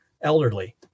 elderly